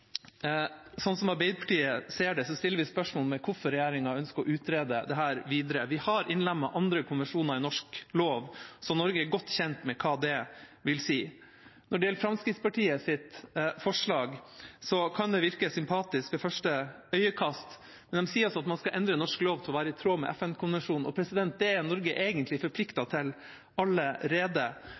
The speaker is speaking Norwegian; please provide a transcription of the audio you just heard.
Arbeiderpartiet stiller spørsmål ved hvorfor regjeringen ønsker å utrede dette videre. Vi har innlemmet andre konvensjoner i norsk lov, så Norge er godt kjent med hva det vil si. Når det gjelder Fremskrittspartiets forslag, kan det virke sympatisk ved første øyekast når de sier at man skal endre norsk lov i tråd med FN-konvensjonen. Det er Norge egentlig forpliktet til